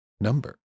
number